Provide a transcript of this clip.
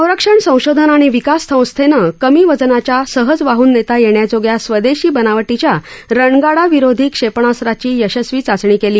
संरक्षण संशोधन आणि विकास संस्थेनं कमी वजनाच्या सहज वाहन नेता येण्याजोग्या स्वदेशी बनावटीच्या रणगाडाविरोधी क्षेपणास्त्राची यशस्वी चाचणी केली